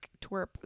twerp